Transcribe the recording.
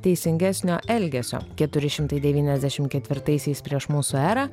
teisingesnio elgesio keturi šimtai devyniasdešim ketvirtaisiais prieš mūsų erą